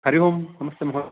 हरिः ओं नमस्ते महो